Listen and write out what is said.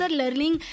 learning